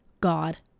God